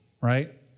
right